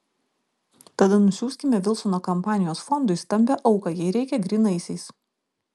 tada nusiųskime vilsono kampanijos fondui stambią auką jei reikia grynaisiais